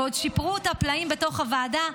ועוד שיפרו אותה פלאים בתוך הוועדה?